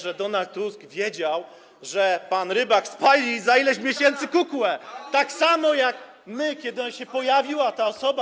że Donald Tusk wiedział, że pan Rybak spali za ileś miesięcy kukłę, tak samo jak my, kiedy się pojawiła ta osoba.